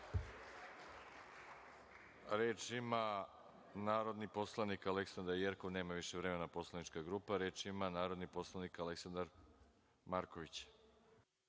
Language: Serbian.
Reč ima narodni poslanik Aleksandra Jerkov. Nema više vremena poslanička grupa. Reč ima narodni poslanik Aleksandar Marković.